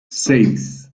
seis